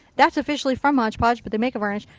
that's officially from mod podge. but they make a varnish.